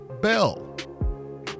Bell